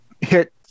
hit